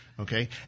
Okay